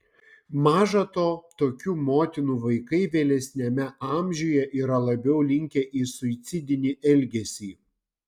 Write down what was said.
maža to tokių motinų vaikai vėlesniame amžiuje yra labiau linkę į suicidinį elgesį